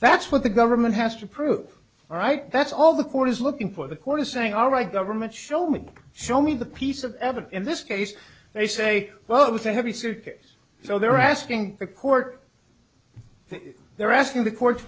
that's what the government has to prove all right that's all the court is looking for the court is saying all right government show me show me the piece of evidence in this case they say well it was a heavy suit case so they're asking the court they're asking the court